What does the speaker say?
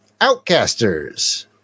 Outcasters